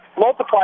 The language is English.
multiply